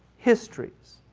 histories,